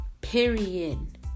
period